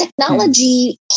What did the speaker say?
technology